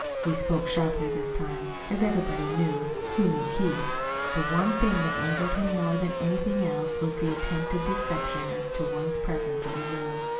he spoke sharply this time. as everybody knew who knew keith the one thing that angered him more than anything else was the attempted deception as to one's presence in the room.